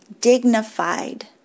dignified